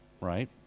right